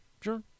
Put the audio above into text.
sure